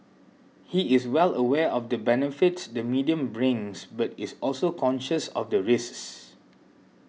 he is well aware of the benefits the medium brings but is also conscious of the risks